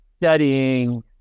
studying